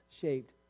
shaped